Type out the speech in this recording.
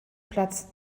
platz